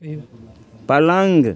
पलङ्ग